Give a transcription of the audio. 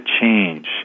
change